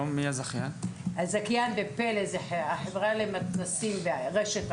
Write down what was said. הזכיינים בפל"א הם החברה למתנ"סים ורשת עתיד,